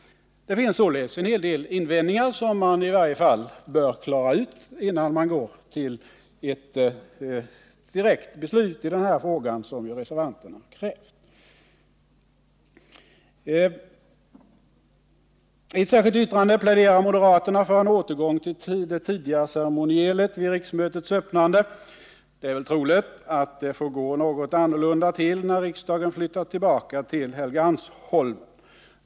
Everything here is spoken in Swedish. Det finns således invändningar som man i varje fall bör klara ut innan man går till ett direkt beslut i denna fråga, något som ju reservanterna kräver. I ett särskilt yttrande pläderar moderaterna för en återgång till det tidigare ceremonielet vid riksmötets öppnande. Det är väl troligt att det får gå något annorlunda till när riksdagen flyttat tillbaka till Helgeandsholmen.